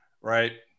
Right